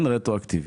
כן, רטרואקטיבית.